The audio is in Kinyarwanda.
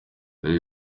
dore